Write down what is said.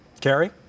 Carrie